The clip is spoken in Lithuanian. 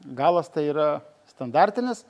galas tai yra standartinis